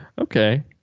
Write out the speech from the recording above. Okay